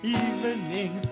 evening